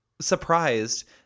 surprised